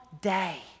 day